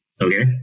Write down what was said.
Okay